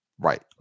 Right